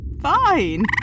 fine